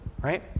Right